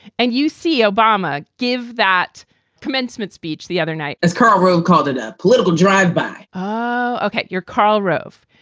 and you see obama give that commencement speech the other night, as karl rove called it, a political drive by. ok, your karl rove.